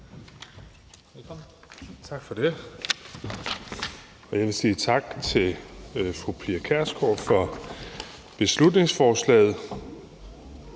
Tak for det. Jeg vil sige tak til fru Pia Kjærsgaard for beslutningsforslaget.